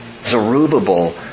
Zerubbabel